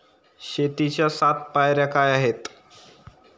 शेतीच्या सात पायऱ्या काय आहेत?